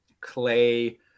clay